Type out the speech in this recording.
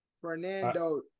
Fernando